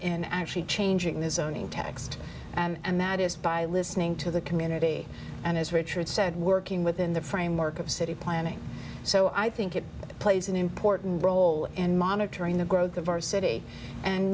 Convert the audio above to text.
in actually changing the zoning text and that is by listening to the community and as richard said working within the framework of city planning so i think it plays an important role in monitoring the growth of our city and